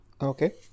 okay